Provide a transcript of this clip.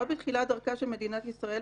עוד בתחילת דרכה של מדינת ישראל,